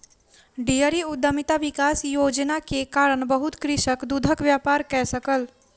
dairy उद्यमिता विकास योजना के कारण बहुत कृषक दूधक व्यापार कय सकल